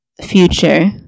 future